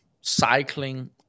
cycling